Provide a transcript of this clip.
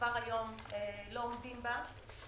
כבר היום לא עומדים בה.